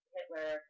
Hitler